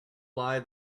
lie